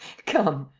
come,